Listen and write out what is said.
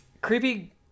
Creepy